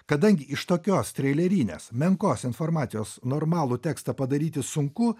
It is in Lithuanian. kadangi iš tokios treilerinės menkos informacijos normalų tekstą padaryti sunku